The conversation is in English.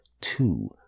two